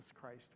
Christ